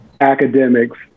academics